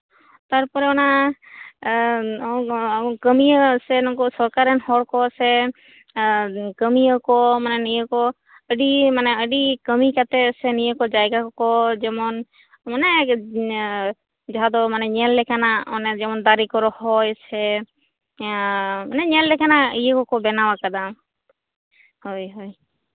ᱛᱟᱨᱯᱚᱨᱮ ᱚᱱᱟ ᱠᱟᱹᱢᱭᱟᱹ ᱥᱮᱱᱩᱠᱩ ᱥᱚᱨᱠᱟᱨ ᱨᱮᱱ ᱦᱚᱲ ᱠᱚ ᱥᱮ ᱠᱟᱹᱢᱭᱟᱹ ᱠᱚ ᱢᱟᱱᱮ ᱟᱹᱰᱤ ᱠᱟᱹᱢᱤ ᱠᱟᱛᱮᱜ ᱥᱮ ᱱᱤᱭᱟᱹ ᱠᱚ ᱡᱟᱭᱜᱟ ᱠᱚ ᱡᱮᱢᱚᱱ ᱢᱟᱱᱮ ᱡᱟᱸᱦᱟ ᱫᱚ ᱧᱮᱞ ᱞᱮᱠᱟᱱᱟ ᱚᱱᱮ ᱫᱟᱨᱮ ᱠᱚ ᱨᱚᱦᱚᱭ ᱥᱮ ᱢᱟᱱᱮ ᱧᱮ ᱞᱮᱠᱟᱱᱟᱜ ᱤᱭᱟᱹ ᱵᱮᱱᱟᱣ ᱟᱠᱟᱫᱟ ᱦᱳᱭ ᱦᱳᱭ